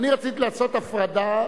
אני רציתי לעשות הפרדה,